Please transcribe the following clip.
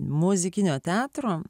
muzikinio teatro